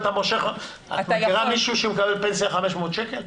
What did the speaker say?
את מכירה מישהו שמקבל פנסיה 500 שקל?